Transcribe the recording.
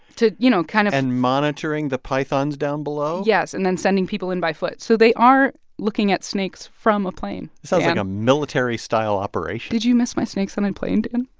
to, you know, kind of. and monitoring the pythons down below? yes. and then sending people in by foot. so they are looking at snakes from a plane this sounds like a military style operation did you miss my snakes on a plane, dan?